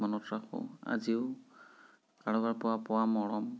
মনত ৰাখোঁ আজিও কাৰোবাৰ পৰা পোৱা মৰম